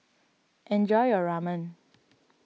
enjoy your Ramen